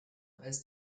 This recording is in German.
als